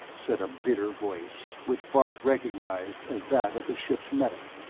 said a bitter voice which bart recognized as that of the ship's medic.